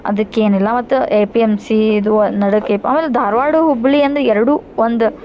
ಅದಕ್ಕೆ ಏನಿಲ್ಲ ಆವತ್ತು ಎ ಪಿ ಎಮ್ ಸಿ ಇದು ವ ನಡುಕೆಪ್ ಆಮೇಲೆ ಧಾರ್ವಾಡ ಹುಬ್ಬಳ್ಳಿ ಅಂದರೆ ಎರಡು ಒಂದು